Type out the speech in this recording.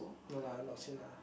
no lah I'm not seem lah